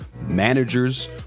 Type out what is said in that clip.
managers